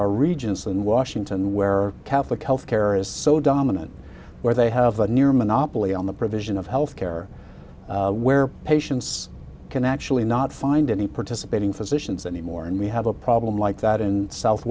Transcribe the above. are regions in washington where catholic health care is so dominant where they have a near monopoly on the provision of health care where patients can actually not find any participating physicians anymore and we have a problem like that in south